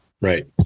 Right